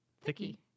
thicky